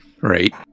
right